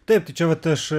taip tai čia vat aš